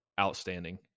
outstanding